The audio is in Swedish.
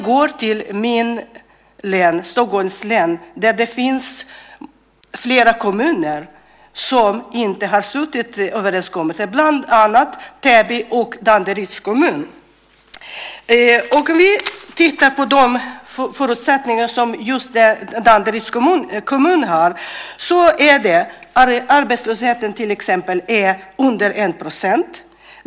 I mitt län, Stockholms län, finns det flera kommuner som inte har slutit överenskommelser, bland annat Täby och Danderyds kommun. Om vi tittar på de förutsättningar som just Danderyds kommun har är till exempel arbetslösheten under 1 %.